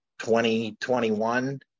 2021